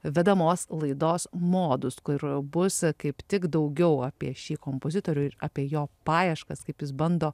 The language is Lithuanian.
vedamos laidos modus kur bus kaip tik daugiau apie šį kompozitorių ir apie jo paieškas kaip jis bando